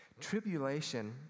Tribulation